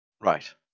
Right